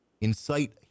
incite